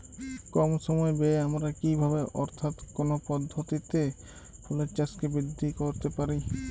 কম সময় ব্যায়ে আমরা কি ভাবে অর্থাৎ কোন পদ্ধতিতে ফুলের চাষকে বৃদ্ধি করতে পারি?